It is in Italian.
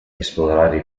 esplorare